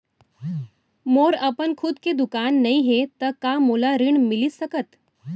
मोर अपन खुद के दुकान नई हे त का मोला ऋण मिलिस सकत?